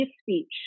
speech